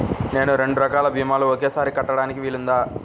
నేను రెండు రకాల భీమాలు ఒకేసారి కట్టడానికి వీలుందా?